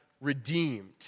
redeemed